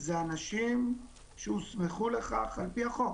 זה אנשים שהוסמכו לכך על-פי החוק